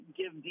give